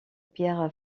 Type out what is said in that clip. pierre